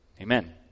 Amen